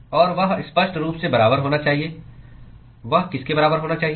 और वह स्पष्ट रूप से बराबर होना चाहिए वह किसके बराबर होना चाहिए